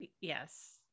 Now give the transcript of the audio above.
Yes